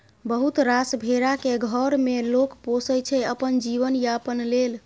बहुत रास भेरा केँ घर मे लोक पोसय छै अपन जीबन यापन लेल